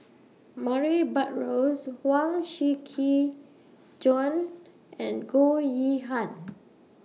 Murray Buttrose Huang Shiqi Joan and Goh Yihan